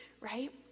right